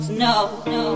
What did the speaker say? No